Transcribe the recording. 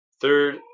third